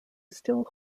still